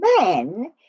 men